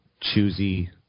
choosy